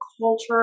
culture